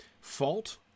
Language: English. Fault